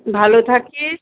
ভালো থাকিস